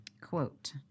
quote